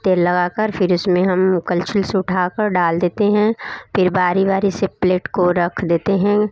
तेल लगा कर फिर इसमें हम कड़छी से उठा कर डाल देते हैं फिर बारी बारी से प्लेट को रख देते हैं